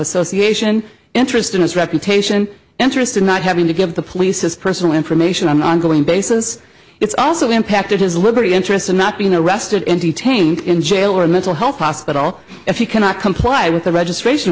association interest in his reputation interest in not having to give the police his personal information on ongoing basis it's also impacted his liberty interest in not being arrested and detained in jail or a mental health hospital if he cannot comply with the registration